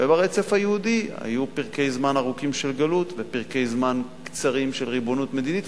וברצף היו פרקי זמן ארוכים של גלות ופרקי זמן קצרים של ריבונות מדינית,